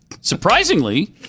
Surprisingly